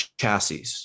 chassis